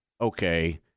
Okay